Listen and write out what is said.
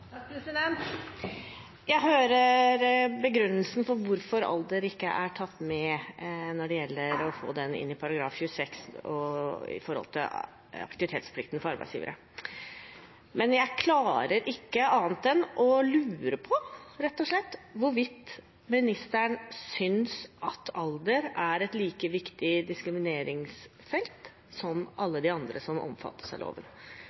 tatt med i § 26, om aktivitetsplikten for arbeidsgivere. Men jeg klarer ikke annet enn å lure på hvorvidt ministeren synes at alder er et like viktig diskrimineringsfelt som alle de andre som omfattes av loven.